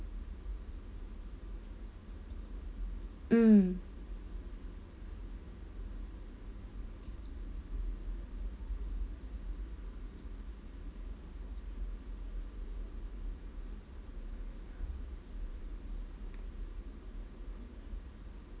mm